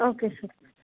okay sir